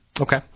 Okay